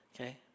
Okay